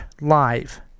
live